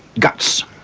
guts.